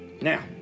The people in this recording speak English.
Now